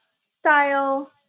style